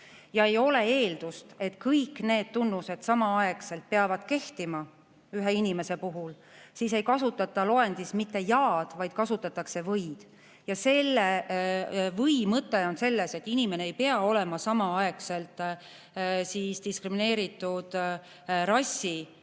ja ei ole eeldust, et kõik need tunnused peavad samaaegselt kehtima ühe inimese puhul, siis ei kasutata loendis mitte "ja", vaid kasutatakse "või". Selle "või" mõte on selles, et inimene ei pea olema samaaegselt diskrimineeritud rassi